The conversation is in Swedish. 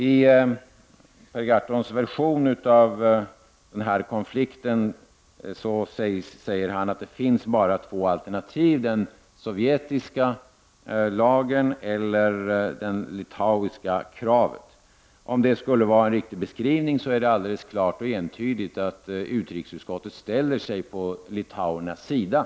Per Gahrton säger att det i den här konflikten finns bara två alternativ: den sovjetiska lagen eller det litauiska kravet. Om det skulle vara riktigt är det alldeles klart att utrikesutskottet entydigt ställer sig på litauernas sida, Prot.